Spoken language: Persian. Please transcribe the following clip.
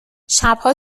شبها